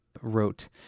wrote